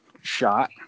shot